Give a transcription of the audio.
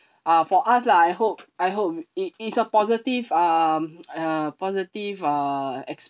uh for us lah I hope I hope it is a positive um uh positive uh ex~